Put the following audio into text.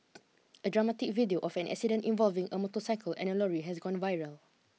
a dramatic video of an accident involving a motorcycle and a lorry has gone viral